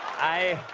i.